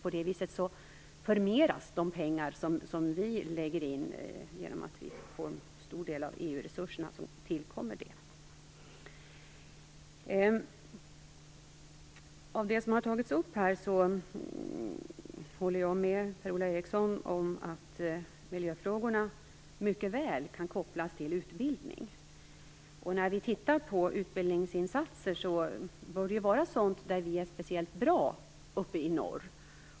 På det viset förmeras de pengar som vi satsar genom att vi får en stor del av EU-resurserna som tillkommer Barentssamarbetet. Av det som här har tagits upp håller jag med Per Ola Eriksson om att miljöfrågorna mycket väl kan kopplas till utbildning. När det gäller utbildningsinsatser bör vi bidra med sådant som vi är speciellt bra på uppe i norr.